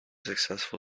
successful